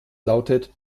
lautet